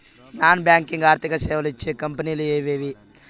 Non banking ఆర్థిక సేవలు ఇచ్చే కంపెని లు ఎవేవి?